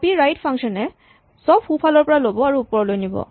copy right function এ চব সোঁফালৰ পৰা ল'ব আৰু ওপৰলৈ নিব